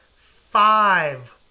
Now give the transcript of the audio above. five